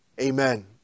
Amen